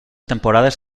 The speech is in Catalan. temporades